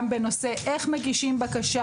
גם בנושא הגשת בקשה.